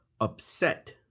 upset